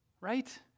right